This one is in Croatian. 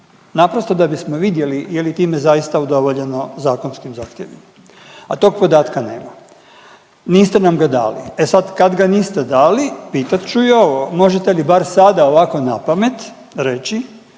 naprosto da bismo vidjeli je li time zaista udovoljeno zakonskim zahtjevima, a tog podatka nema, niste nam ga dali. E sad kad ga niste dali pitat ću i ovo možete li bar sada ovako na pamet reći